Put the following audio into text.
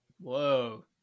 whoa